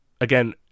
again